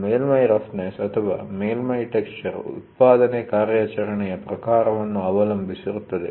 ಮೇಲ್ಮೈ ರಫ್ನೆಸ್ ಅಥವಾ ಮೇಲ್ಮೈ ಟೆಕ್ಸ್ಚರ್ ಉತ್ಪಾದನಾ ಕಾರ್ಯಾಚರಣೆಯ ಪ್ರಕಾರವನ್ನು ಅವಲಂಬಿಸಿರುತ್ತದೆ